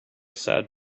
said